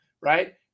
right